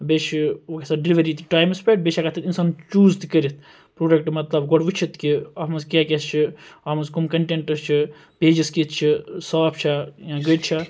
بیٚیہِ چھِ ڈیلوری تہِ ٹایمَس پیٚٹھ بیٚیہِ چھ ہیٚکان اتھ اِنسان چوٗز تہِ کٔرِتھ پروڈَکٹہٕ مَطلَب گۄڈٕ وٕچھِتھ کہِ اتھ منٛز کیاہ کیاہ چھُ اتھ مَنٛز کم کَنٹیٚنٹس چھِ پیجس کِتھ چھِ صاف چھےٚ یا گٔٹۍ چھےٚ